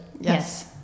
Yes